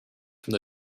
from